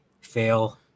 fail